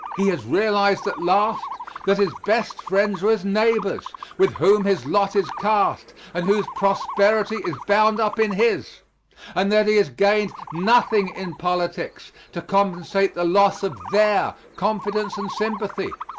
he has realized at last that his best friends are his neighbors with whom his lot is cast, and whose prosperity is bound up in his and that he has gained nothing in politics to compensate the loss of their confidence and sympathy,